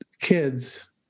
kids